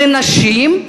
לנשים,